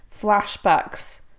flashbacks